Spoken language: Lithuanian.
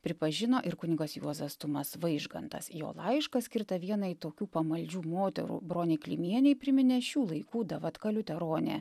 pripažino ir kunigas juozas tumas vaižgantas jo laišką skirtą vienai tokių pamaldžių moterų bronei klimienei priminė šių laikų davatka liuteronė